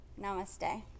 Namaste